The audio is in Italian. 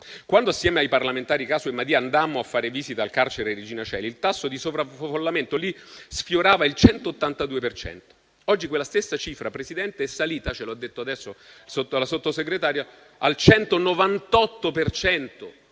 Quando, insieme ai parlamentari Caso e Madia, andammo a fare visita al carcere di Regina Coeli, il tasso di sovraffollamento sfiorava il 182 per cento. Oggi quella stessa cifra è salita, come ha detto adesso il Sottosegretario, al 198